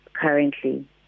currently